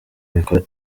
bikora